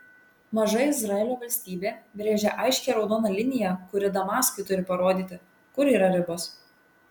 maža izraelio valstybė brėžia aiškią raudoną liniją kuri damaskui turi parodyti kur yra ribos